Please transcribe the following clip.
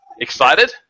excited